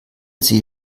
sie